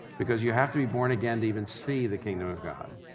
because you have to be born again to even see the kingdom of god.